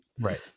Right